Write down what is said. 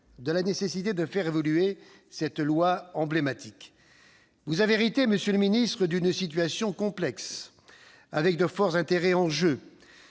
de la nécessité de faire évoluer cette loi emblématique. Vous avez hérité, monsieur le ministre, d'une situation complexe, avec de forts intérêts en jeu.